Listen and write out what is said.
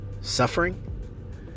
suffering